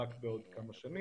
רק בעוד כמה שנים.